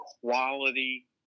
quality